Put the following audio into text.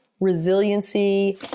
resiliency